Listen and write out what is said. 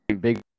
Big